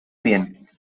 bien